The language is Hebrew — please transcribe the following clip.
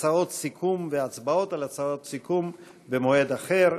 הצעות סיכום והצבעות על הצעות סיכום במועד אחר.